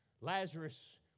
Lazarus